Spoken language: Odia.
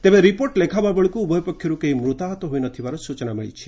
ତେବେ ରିପୋର୍ଟ ଲେଖାହେବାବେଳକୁ ଉଭୟ ପକ୍ଷରୁ କେହି ମୂତାହାତ ହୋଇ ନ ଥିବାର ସୂଚନା ମିଳିଛି